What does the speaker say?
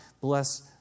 bless